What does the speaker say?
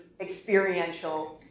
experiential